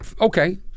okay